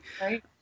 Right